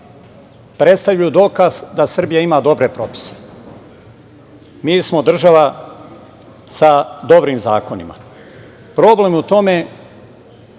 predstavlja dokaz da Srbija ima dobre propise. Mi smo država sa dobrim zakonima, problem je u tome